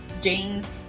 jeans